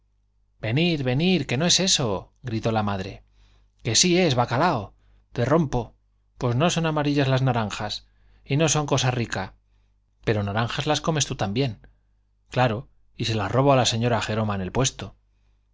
venir venir que no es eso gritó la madre que sí es bacalao te rompo pues no son amarillas las naranjas y no son cosa rica pero naranjas las comes tú también claro si se las robo a la señoa jeroma en el puesto